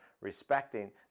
respecting